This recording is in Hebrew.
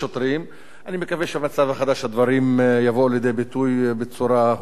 אני מקווה שבמצב החדש הדברים יבואו לידי ביטוי בצורה הולמת יותר,